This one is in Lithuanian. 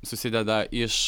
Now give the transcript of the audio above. susideda iš